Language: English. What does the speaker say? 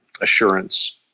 assurance